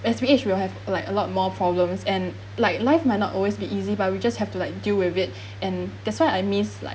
as we age we will have like a lot more problems and like life might not always be easy but we just have to like deal with it and that's why I miss like